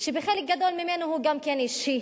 שחלק גדול ממנו הוא גם אישי.